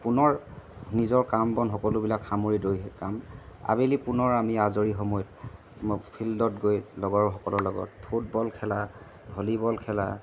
পুনৰ নিজৰ কাম বন সকলোবিলাক সামৰি দৈহিক কাম আবেলি পুনৰ আমি আজৰি সময়ত মই ফিল্ডত গৈ লগৰসকলৰ লগত ফুটবল খেলা ভলীবল খেলা